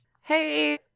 hey